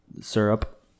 syrup